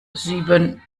sieben